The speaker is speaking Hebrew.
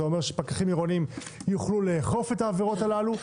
זה אומר שפקחים עירוניים יוכלו לאכוף את העבירות הללו.